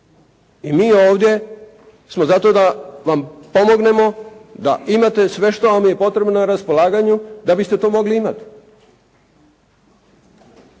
I mi ovdje smo zato da vam pomognemo, da imate sve što vam je potrebno na raspolaganju da biste to mogli imati.